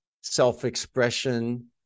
self-expression